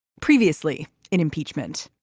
previously in impeachment